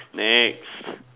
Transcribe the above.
next